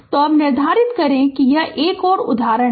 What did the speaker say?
तो अब निर्धारित करें कि यह एक और उदाहरण है